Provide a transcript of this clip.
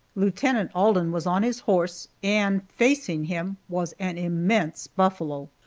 lieutenant alden was on his horse, and facing him was an immense buffalo,